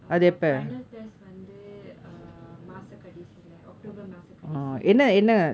uh final test வந்து:vanthu um மாச கடைசில:maasa kadaisila october மாச கடைசில:maasa kadaisila